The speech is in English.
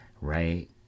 right